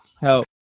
Help